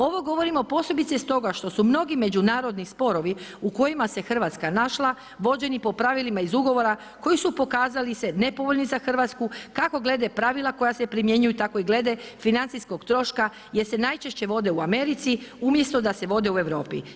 Ovo govorimo posebice stoga što su mnogi međunarodni sporovi u kojima se Hrvatska našla, vođeni po pravilima iz ugovora koji su pokazali se nepovoljni za Hrvatsku, kako glede pravila koja se primjenjuju tako i glede financijskog troška gdje se najčešće vode u Americi, umjesto da se vode u Europi.